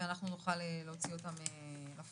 ואנחנו נוכל להוציא אותן לפועל.